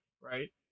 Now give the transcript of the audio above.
right